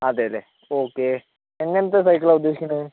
അതേല്ലെ ഓക്കെ എങ്ങനത്തെ സൈക്കിളാണ് ഉദ്ദേശിക്കുന്നത്